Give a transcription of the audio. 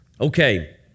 okay